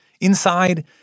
Inside